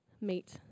meet